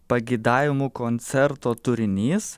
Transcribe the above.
pageidavimų koncerto turinys